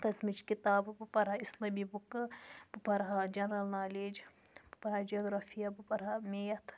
تٔژمِچ کِتابہٕ بہٕ پَرٕ ہا اِسلٲمی بُکہٕ بہٕ پَرٕ ہا جَنرَل نالیج بہٕ پَرٕ ہا جگرافیہ بہٕ پَرٕ ہا میتھ